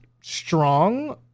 strong